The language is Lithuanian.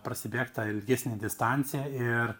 prasibėgt tą ilgesnį distanciją ir